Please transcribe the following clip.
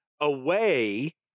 away